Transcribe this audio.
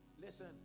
Listen